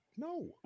No